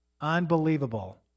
Unbelievable